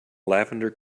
lavender